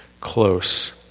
close